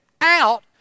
out